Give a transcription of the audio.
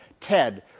TED